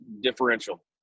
differential